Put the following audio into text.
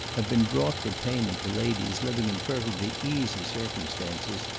have been brought for payment to ladies living in perfectly easy circumstances,